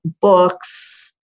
books